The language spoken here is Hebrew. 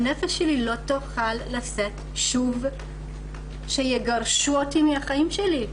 הנפש שלי לא תוכל לשאת שוב שיגרשו אותי מהחיים שלי.